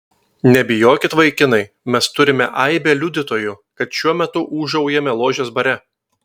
nebijokit vaikinai mes turime aibę liudytojų kad šiuo metu ūžaujame ložės bare